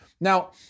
Now